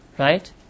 Right